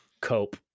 Cope